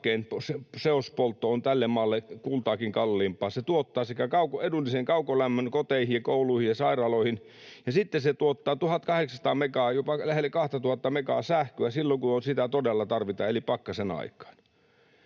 seospoltto on tälle maalle kultaakin kalliimpaa. Se tuottaa edullisen kaukolämmön koteihin ja kouluihin ja sairaaloihin, ja sitten se tuottaa 1 800 megaa, jopa lähelle 2 000 megaa sähköä silloin kun sitä todella tarvitaan eli pakkasen aikaan.